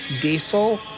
diesel